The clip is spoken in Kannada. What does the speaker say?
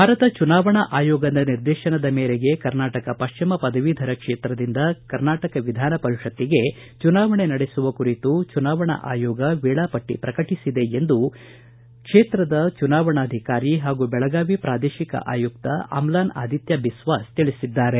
ಭಾರತ ಚುನಾವಣಾ ಆಯೋಗದ ನಿರ್ದೇಶನದ ಮೇರೆಗೆ ಕರ್ನಾಟಕ ಪಶ್ಚಿಮ ಪದವೀಧರರ ಕ್ಷೇತ್ರದಿಂದ ಕರ್ನಾಟಕ ವಿಧಾನ ಪರಿಷತ್ತಿಗೆ ಚುನಾವಣೆ ನಡೆಸುವ ಕುರಿತು ಚುನಾವಣಾ ಆಯೋಗವು ವೇಳಾಪಟ್ಟಿ ಪ್ರಕಟಿಸಿದೆ ಎಂದು ಕರ್ನಾಟಕ ಪಟ್ಟಿಮ ಪದವೀಧರ ಮತಕ್ಷೇತ್ರದ ಚುನಾವಣಾಧಿಕಾರಿ ಹಾಗೂ ಬೆಳಗಾವಿ ಪುದೇಶಿಕ ಆಯುಕ್ತರಾದ ಅಮ್ಲಾನ್ ಆದಿತ್ಯ ಬಿಸ್ವಾಸ್ ತಿಳಿಸಿದ್ದಾರೆ